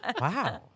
Wow